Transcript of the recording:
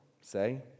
say